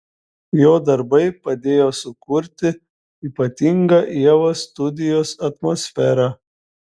jo darbai padėjo sukurti ypatingą ievos studijos atmosferą